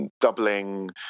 doubling